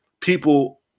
people